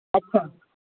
अछा